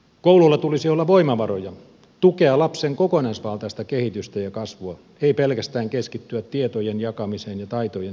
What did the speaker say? koululla tulisi olla voimavaroja tukea lapsen kokonaisvaltaista kehitystä ja kasvua ei pelkästään keskittyä tietojen jakamiseen ja taitojen synnyttämiseen